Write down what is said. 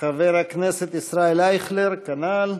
חבר הכנסת ישראל אייכלר, כנ"ל,